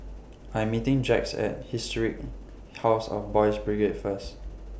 I'm meeting Jacquez At Historic House of Boys' Brigade First